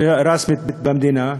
רשמית במדינה,